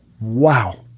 wow